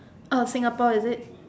out of Singapore is it